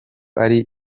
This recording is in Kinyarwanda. ari